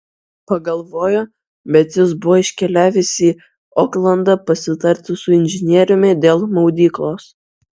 pagalvojo bet jis buvo iškeliavęs į oklandą pasitarti su inžinieriumi dėl maudyklos